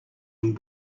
him